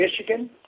Michigan